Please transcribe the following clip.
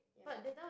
ya